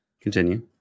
Continue